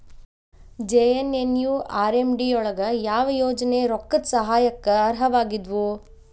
JNNURM ಅಡಿ ಯೊಳಗ ಯಾವ ಯೋಜನೆ ರೊಕ್ಕದ್ ಸಹಾಯಕ್ಕ ಅರ್ಹವಾಗಿದ್ವು?